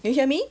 can you hear me